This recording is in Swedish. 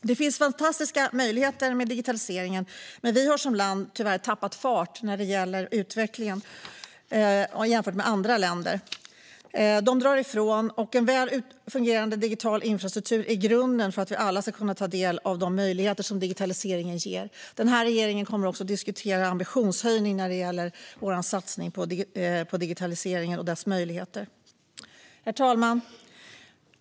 Det finns fantastiska möjligheter med digitaliseringen, men vi har som land tyvärr tappat fart i den utvecklingen jämfört med andra länder. De drar ifrån. En väl fungerande digital infrastruktur är grunden för att vi alla ska kunna ta del av de möjligheter som digitaliseringen ger. Regeringen kommer också att diskutera en ambitionshöjning när det gäller vår satsning på digitaliseringen och dess möjligheter. Herr talman!